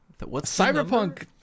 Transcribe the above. Cyberpunk